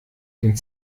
den